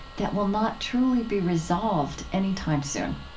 that will not truly be resolved any time soon.